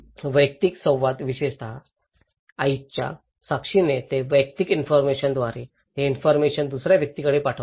वैयक्तिक संवाद विशेषत विशेषतः आईजच्या साक्षीने ते वैयक्तिक इन्फॉरमेशनद्वारे हे इन्फॉरमेशन दुसर्या व्यक्तीकडे पाठवतात